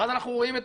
ואז אנחנו רואים,